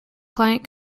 client